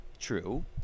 True